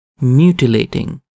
mutilating